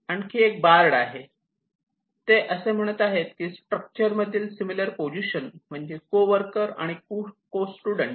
आणखी एक बार्ड आहे ते असे म्हणत आहेत की स्ट्रक्चर मधील सिमिलर पोझिशन म्हणजे को वर्कर आणि को स्टुडन्ट